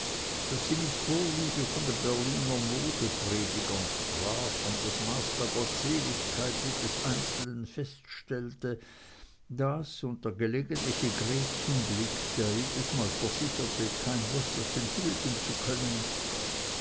daß sie mit vorliebe von den berliner modepredigern sprach und das maß der gottseligkeit jedes einzelnen feststellte das und der gelegentliche gretchenblick der jedesmal versicherte kein wässerchen trüben zu können